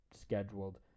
scheduled